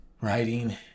Writing